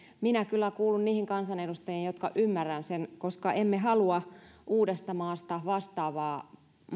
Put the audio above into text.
minä kyllä kuulun niihin kansanedustajiin jotka ymmärtävät sen koska emme halua uudestamaasta vastaavaa